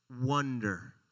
wonder